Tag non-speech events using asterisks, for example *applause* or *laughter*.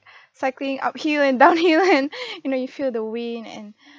*breath* cycling uphill *laughs* and downhill and *breath* you know you feel the wind and